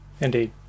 Indeed